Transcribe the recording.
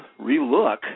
relook